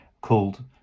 called